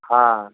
हाँ